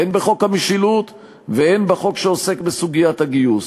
הן בחוק המשילות והן בחוק שעוסק בסוגיית הגיוס.